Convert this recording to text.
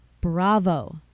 bravo